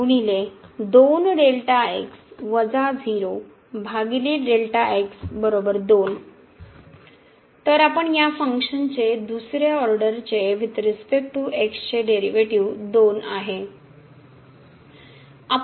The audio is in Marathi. तर तर आपण या फंक्शनचे दुसऱ्या ऑर्डर चे वुईथ रिस्पेक्ट टू x च्या डेरीवेटीव 2 आहे